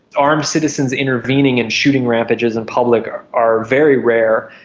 armed citizens intervening in shooting rampages in public are are very rare.